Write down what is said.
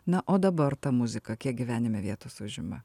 na o dabar ta muzika kiek gyvenime vietos užima